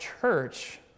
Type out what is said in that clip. church